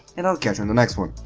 and i'll catch you in the next one.